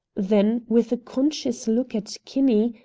then with a conscious look at kinney,